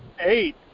eight